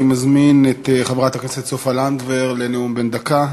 אני מזמין את חברת הכנסת סופה לנדבר לנאום בן דקה.